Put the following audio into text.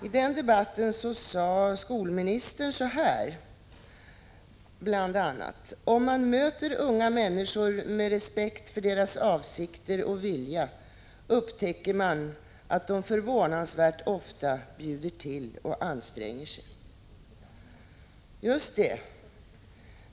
I den debatten sade skolministern bl.a. så här: ”Om man möter unga människor med respekt för deras avsikter och vilja upptäcker man att de förvånansvärt ofta bjuder till och anstränger sig.” Just det!